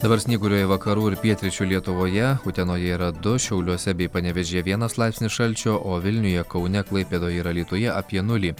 dabar snyguriuoja vakarų ir pietryčių lietuvoje utenoje yra du šiauliuose bei panevėžyje vienas laipsnis šalčio o vilniuje kaune klaipėdoje ir alytuje apie nulį